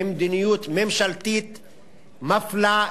ממדיניות ממשלתית מפלה,